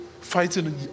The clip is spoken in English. fighting